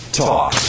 talk